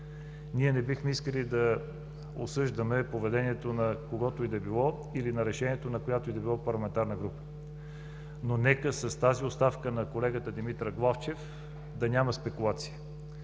Ние не бихме искали да осъждаме поведението на когото и да е било или решението на която и да е парламентарна група, но нека с тази оставка на колегата Димитър Главчев да няма спекулации!